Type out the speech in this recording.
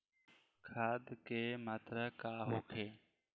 खाध के मात्रा का होखे?